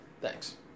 Thanks